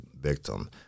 victim